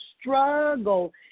struggle